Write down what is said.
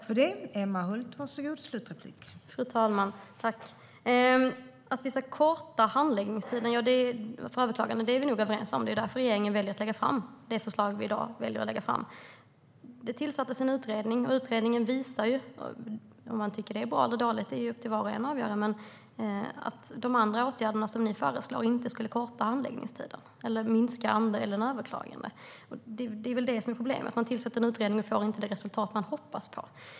Fru talman! Att vi ska korta handläggningstiderna för överklagande är vi nog överens om. Det är därför som regeringen väljer att lägga fram detta förslag. Det tillsattes en utredning, och utredningen visar - om man tycker att det är bra eller dåligt är upp till var och en att avgöra - att de andra åtgärder som ni föreslår inte skulle korta handläggningstiderna eller minska andelen överklaganden. Det är det som är problemet. Man tillsätter en utredning men får inte det resultat som man hoppas på.